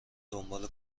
دنبال